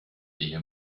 ehe